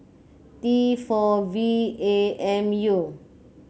T four V A M U